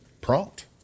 prompt